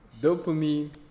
dopamine